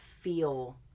feel